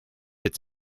its